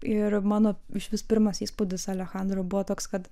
ir mano išvis pirmas įspūdis alechandro buvo toks kad